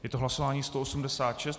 Je to hlasování 186.